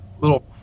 little